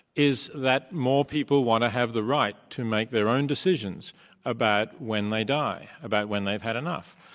is that more people want to have the right to make their own decisions about when they die, about when they've had enough.